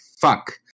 fuck